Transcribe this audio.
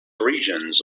regions